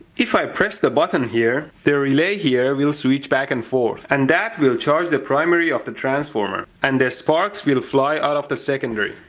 if i press the button here, the relay here will switch back and forth. and that will charge the primary of the transformer. and the sparks will fly out of the secondary.